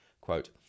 quote